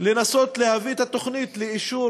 לנסות להביא את התוכנית לאישור,